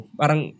parang